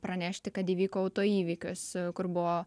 pranešti kad įvyko autoįvykis kur buvo